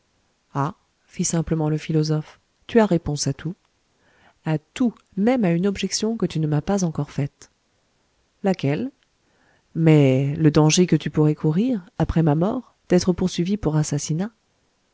ah fit simplement le philosophe tu as réponse à tout a tout même à une objection que tu ne m'as pas encore faite laquelle mais le danger que tu pourrais courir après ma mort d'être poursuivi pour assassinat